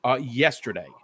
Yesterday